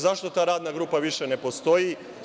Zašto ta radna grupa više ne postoji?